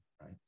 right